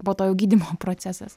po to jau gydymo procesas